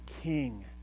king